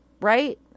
right